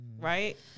right